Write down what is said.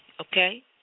Okay